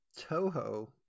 Toho